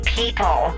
people